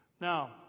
Now